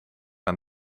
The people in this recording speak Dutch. aan